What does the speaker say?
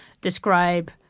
describe